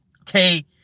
Okay